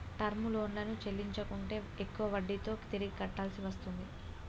term లోన్లను చెల్లించకుంటే ఎక్కువ వడ్డీతో తిరిగి కట్టాల్సి వస్తుంది